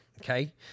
okay